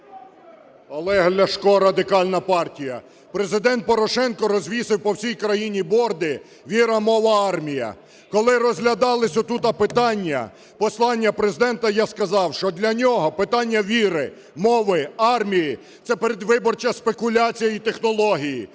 Олег Ляшко, Радикальна партія. Президент Порошенко розвісив по всій країні борди "Віра. Мова. Армія". Коли розглядались от тут питання послання Президента, я сказав, що для нього питання віри, мови, армії – це передвиборча спекуляція і технології.